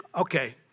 okay